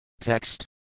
Text